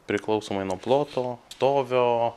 priklausomai nuo ploto stovio